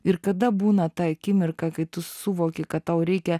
ir kada būna ta akimirka kai tu suvoki kad tau reikia